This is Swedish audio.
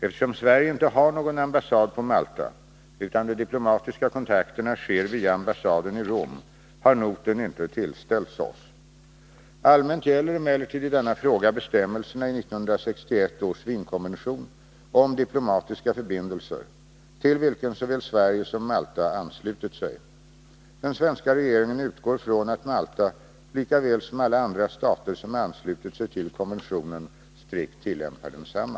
Eftersom Sverige inte har någon ambassad på Malta utan de diplomatiska kontakterna sker via ambassaden i Rom har noten inte tillställts oss. Allmänt gäller emellertid i denna fråga bestämmelserna i 1961 års Wienkonvention om diplomatiska förbindelser, till vilken såväl Sverige som Malta anslutit sig. Den svenska regeringen utgår från att Malta, lika väl som alla andra stater som anslutit sig till konventionen, strikt tillämpar densamma.